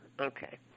Okay